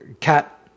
cat